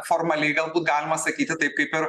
formaliai galbūt galima sakyti taip kaip ir